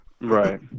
right